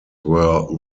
were